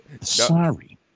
Sorry